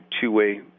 two-way